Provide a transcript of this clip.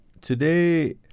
Today